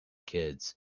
kids